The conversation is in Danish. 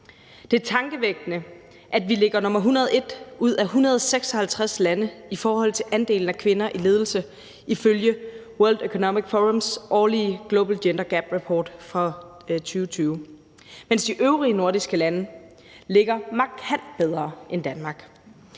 Det er tankevækkende, at vi ligger nr. 101 ud af 156 lande i forhold til andelen af kvinder i ledelse ifølge World Economic Forums årlige »Global Gender Gap Report« fra 2020, mens de øvrige nordiske lande ligger markant bedre end Danmark.